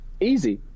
Easy